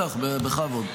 בטח, בכבוד.